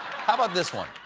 how about this one?